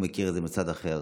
הוא מכיר את זה מצד אחר.